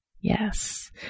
yes